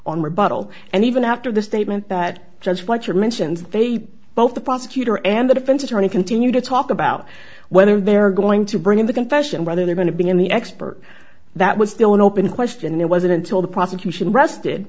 rebuttal and even after the statement that judge white your mentions they both the prosecutor and the defense attorney continue to talk about whether they're going to bring in the confession whether they're going to be any expert that was still an open question and it wasn't until the prosecution rested